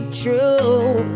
true